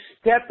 step